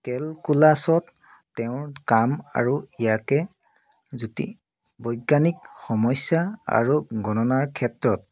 কেলকুলাচত তেওঁৰ কাম আৰু ইয়াকে জ্যোতি বৈজ্ঞানিক সমস্যা আৰু গণনাৰ ক্ষেত্ৰত